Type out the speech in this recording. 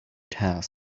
task